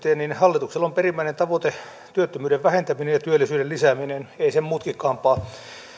työllisyyteen niin hallituksella on perimmäinen tavoite työttömyyden vähentäminen ja työllisyyden lisääminen ei sen mutkikkaampaa